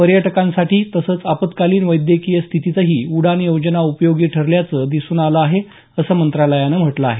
पर्यटकांसाठी तसंच आपत्कालीन वैद्यकीय स्थितीतही उडान योजना उपयोगी ठरल्याचं दिसून आलं आहे असं मंत्रालयानं म्हटलं आहे